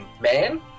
man